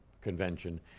convention